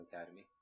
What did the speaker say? Academy